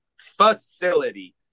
facility